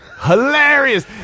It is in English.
Hilarious